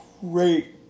Great